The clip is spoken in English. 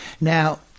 Now